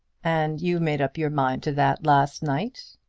and you made up your mind to that last night?